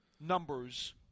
numbers